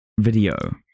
video